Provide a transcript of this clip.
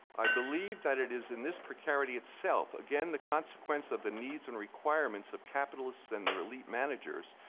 i believe that it is in this precarity itself, again the consequence of the needs and requirements of capitalists and their elite managers,